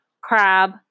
crab